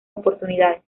oportunidades